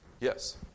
Yes